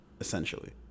essentially